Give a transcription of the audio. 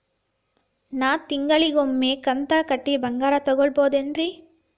ನಾ ತಿಂಗಳಿಗ ಒಮ್ಮೆ ಕಂತ ಕಟ್ಟಿ ಬಂಗಾರ ತಗೋಬಹುದೇನ್ರಿ?